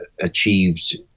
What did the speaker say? achieved